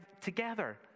together